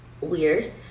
weird